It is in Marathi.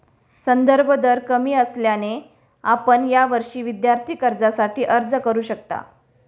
संदर्भ दर कमी असल्याने आपण यावर्षी विद्यार्थी कर्जासाठी अर्ज करू शकता